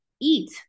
eat